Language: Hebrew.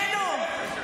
בינינו,